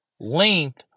length